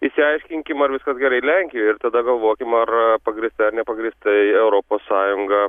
išsiaiškinkim ar viskas gerai lenkijoj ir tada galvokim ar pagrįstai ar nepagrįstai europos sąjunga